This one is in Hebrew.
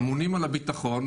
אמונים על הביטחון.